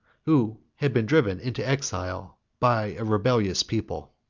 who had been driven into exile by a rebellious people.